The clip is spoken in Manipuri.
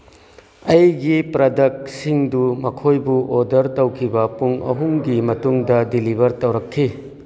ꯑꯩꯒꯤ ꯄ꯭ꯔꯗꯛꯁꯤꯡꯗꯨ ꯃꯈꯣꯏꯕꯨ ꯑꯣꯔꯗꯔ ꯇꯧꯈꯤꯕ ꯄꯨꯡ ꯑꯍꯨꯝꯒꯤ ꯃꯇꯨꯡꯗ ꯗꯤꯂꯤꯚꯔ ꯇꯧꯔꯛꯈꯤ